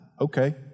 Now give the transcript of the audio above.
Okay